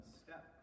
step